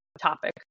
topic